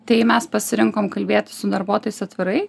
tai mes pasirinkom kalbėti su darbuotojais atvirai